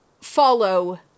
follow